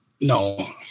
No